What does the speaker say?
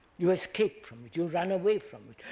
you escape from it, you run away from it,